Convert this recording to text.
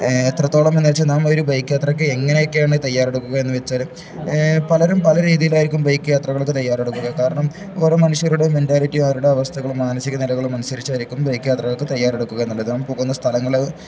എത്രത്തോളം എന്നുവച്ചാല് നാം ഒരു ബൈക്ക് യാത്രയ്ക്ക് എങ്ങനെയൊക്കെയാണു തയ്യാറെടുക്കുക എന്നുവച്ചാല് പലരും പല രീതിയിലായിരിക്കും ബൈക്ക് യാത്രകൾക്കു തയ്യാറെടുക്കുക കാരണം ഓരോ മനഷ്യരുടെ മെന്റാലിറ്റി അവരുടെ അവസ്ഥകളും മാനസിക നിലകളും അനുസരിച്ചായിരിക്കും ബൈക്ക് യാത്രകൾക്കു തയ്യാറെടുക്കുക എന്നുള്ളതു നാം പോകുന്ന സ്ഥലങ്ങള്